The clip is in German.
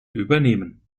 übernehmen